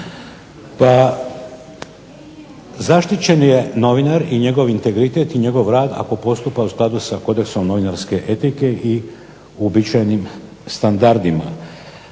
Pa zaštićen je novinar i njegov integritet i njegov rad ako postupa u skladu sa kodeksom novinarske etike i uobičajenim standardima.